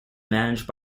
managed